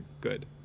good